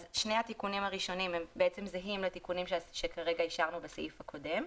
שני התיקונים הראשונים בעצם זהים לתיקונים שאישרנו בסעיף הקודם,